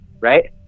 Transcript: right